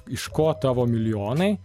iš ko tavo milijonai